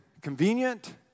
convenient